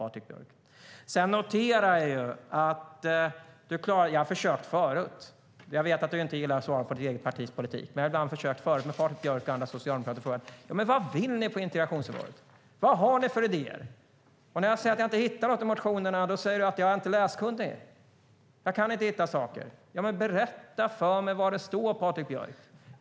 Jag vet att du inte gillar att svara på sådant som gäller ditt eget partis politik. Jag har ibland frågat Patrik Björck och andra socialdemokrater vad de vill på integrationsområdet. Vad har ni för idéer? När jag säger att jag inte hittar något i motionerna säger du att jag inte är läskunnig. Berätta för mig vad det står, Patrik Björck!